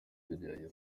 tugerageza